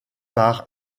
par